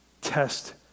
Test